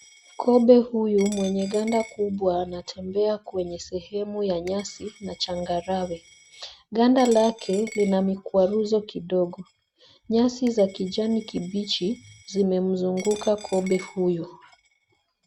Kobe huyu mwenye ganda kubwa anatembea kwenye sehemu ya nyasi na changarawe. Ganda lake lina mikwaruzo kidogo. Nyasi za kijani kibichi zimemzunguka kobe huyu.